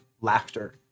laughter